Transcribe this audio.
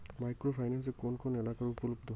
Micro finance কোন কোন এলাকায় উপলব্ধ?